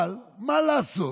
אבל מה לעשות,